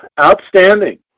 Outstanding